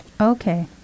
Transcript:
Okay